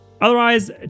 Otherwise